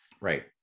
Right